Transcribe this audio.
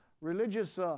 religious